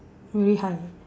very high